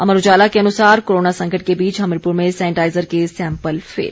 अमर उजाला के अनुसार कोरोना संकट के बीच हमीरपुर में सैनेटाइजर के सैंपल फेल